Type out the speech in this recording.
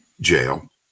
jail